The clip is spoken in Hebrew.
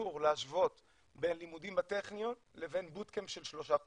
ואסור להשוות בין לימודים בטכניון לבין boot camp של שלושה חודשים.